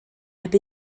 heb